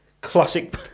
classic